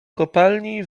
kopalni